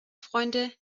freunde